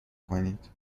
کنید